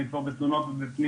כבר מאז אני בתלונות ופניות.